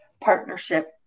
partnership